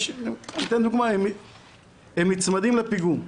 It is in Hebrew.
הם נצמדים לפיגום.